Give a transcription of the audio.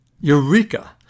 Eureka